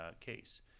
case